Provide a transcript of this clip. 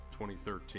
2013